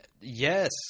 Yes